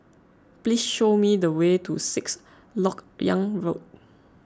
please show me the way to Sixth Lok Yang Road